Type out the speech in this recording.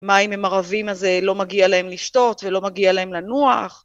מה אם הם ערבים, אז לא מגיע להם לשתות ולא מגיע להם לנוח?